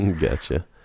Gotcha